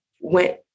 went